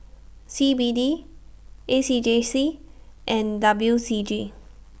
C B D A C J C and W C G